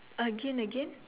again again